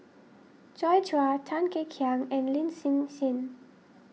Joi Chua Tan Kek Hiang and Lin Hsin Hsin